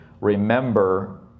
Remember